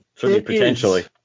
potentially